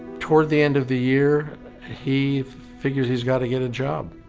toward the end of the year he figures he's got to get a job